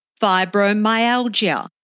fibromyalgia